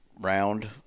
round